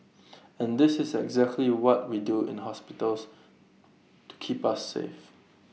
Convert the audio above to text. and this is exactly what we do in hospitals to keep us safe